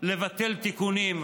לבטל תיקונים.